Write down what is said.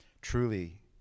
truly